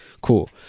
Cool